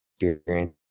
experience